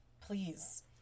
please